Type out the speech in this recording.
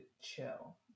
chill